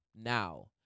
now